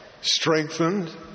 strengthened